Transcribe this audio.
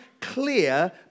clear